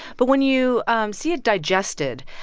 but when you um see it digested,